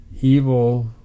evil